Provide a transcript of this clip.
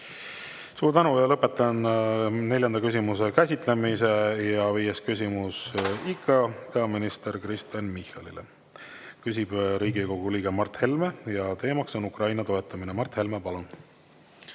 Suur tänu! Ja lõpetan neljanda küsimuse käsitlemise. Ja viies küsimus ikka peaminister Kristen Michalile. Küsib Riigikogu liige Mart Helme ja teemaks on Ukraina toetamine. Mart Helme, palun!